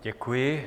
Děkuji.